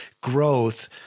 growth